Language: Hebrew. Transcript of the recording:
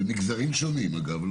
במגזרים שונים אגב,